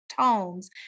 tones